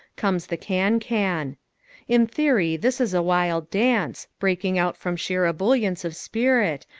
comes the can-can. in theory this is a wild dance, breaking out from sheer ebullience of spirit,